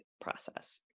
process